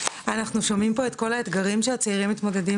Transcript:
אנחנו שומעים פה את כל האתגרים שהצעירים מתמודדים